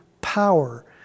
power